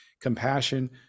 compassion